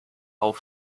auf